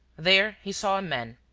there he saw a man,